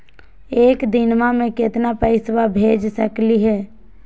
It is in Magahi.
एक दिनवा मे केतना पैसवा भेज सकली हे?